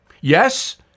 Yes